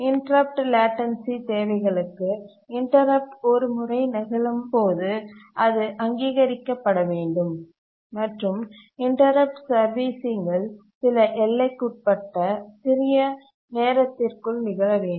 interrupt latency தேவைகளுக்கு interrupt ஒரு முறை நிகழும் போது அது அங்கீகரிக்கப்பட வேண்டும் மற்றும் இன்டரப்ட் சர்வீசிங் சில எல்லைக்குட்பட்ட சிறிய நேரத்திற்குள் நிகழ வேண்டும்